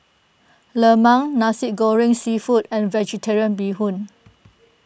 Lemang Nasi Goreng Seafood and Vvegetarian Bee Hoon